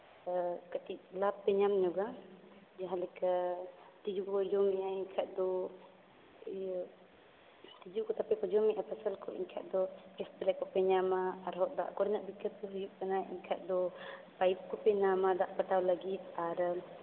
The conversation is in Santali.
ᱠᱟᱹᱴᱤᱡ ᱞᱟᱵᱽ ᱯᱮ ᱧᱟᱢ ᱧᱚᱜᱟ ᱡᱟᱦᱟᱸᱞᱮᱠᱟ ᱛᱤᱡᱩ ᱠᱚᱠᱚ ᱡᱚᱢ ᱦᱮᱣᱟᱭᱮᱱ ᱠᱷᱟᱡ ᱫᱚ ᱤᱭᱟᱹ ᱛᱤᱡᱩ ᱠᱚ ᱛᱟᱯᱮ ᱠᱚ ᱡᱚᱢᱮᱜᱼᱟ ᱯᱷᱚᱥᱚᱞ ᱠᱚ ᱮᱱᱠᱷᱟᱡ ᱫᱚ ᱮᱥᱯᱨᱮᱹ ᱠᱚᱯᱮ ᱧᱟᱢᱟ ᱟᱨᱦᱚᱸ ᱫᱟᱜ ᱠᱚᱨᱮᱱᱟᱜ ᱫᱤᱠᱠᱟᱛ ᱦᱩᱭᱩᱜ ᱠᱟᱱᱟ ᱮᱱᱠᱷᱟᱡ ᱫᱚ ᱯᱟᱭᱤᱯ ᱠᱚᱯᱮ ᱧᱟᱢᱟ ᱫᱟᱜ ᱯᱟᱴᱟᱣ ᱞᱟᱹᱜᱤᱫ ᱟᱨ